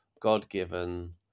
God-given